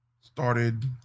started